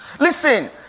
Listen